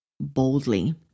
boldly